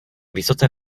vysoce